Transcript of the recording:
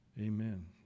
Amen